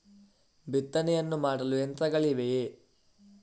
ಬಿತ್ತನೆಯನ್ನು ಮಾಡಲು ಯಂತ್ರಗಳಿವೆಯೇ?